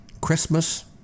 Christmas